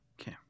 Okay